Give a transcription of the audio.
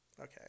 Okay